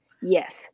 Yes